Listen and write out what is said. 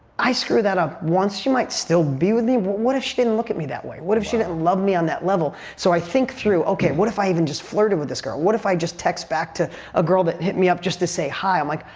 i screw that up once, she might still be with me but what if she didn't look at me that way? what if she didn't love me on that level? so i think through, okay, what if i even just flirted with this girl? what if i just text back to a girl that hit me up just to say hi? i'm like,